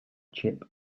chip